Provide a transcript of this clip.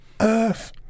earth